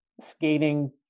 skating